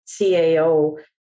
CAO